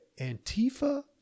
Antifa